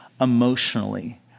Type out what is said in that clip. emotionally